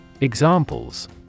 Examples